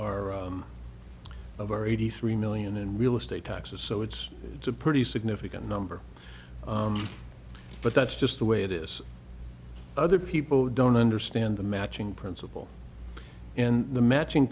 our of our eighty three million in real estate taxes so it's a pretty significant number but that's just the way it is other people don't understand the matching principle and the matching